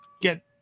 get